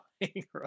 right